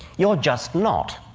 you're just not.